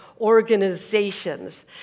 organizations